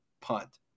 punt